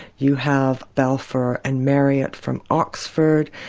you have balfour and marryat from oxford,